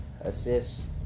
assists